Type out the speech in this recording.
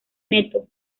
neto